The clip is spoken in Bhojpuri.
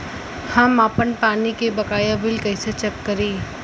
हम आपन पानी के बकाया बिल कईसे चेक करी?